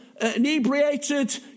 inebriated